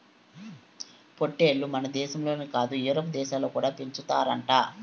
పొట్టేల్లు మనదేశంలోనే కాదు యూరోప్ దేశాలలో కూడా పెంచుతారట